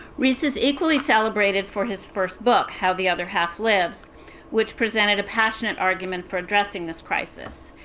riis is equally celebrated for his first book, how the other half lives which presented a passionate argument for addressing this crisis.